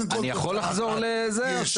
אני יכול לחזור לזה?